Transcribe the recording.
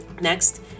Next